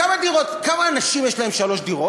כמה אנשים יש להם שלוש דירות?